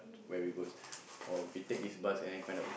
where we goes or we take this bus and then find out